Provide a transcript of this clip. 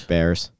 Bears